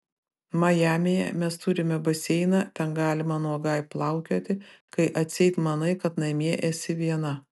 majamyje mes turime baseiną ten galima nuogai plaukioti kai atseit manai kad namie esi viena